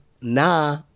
nah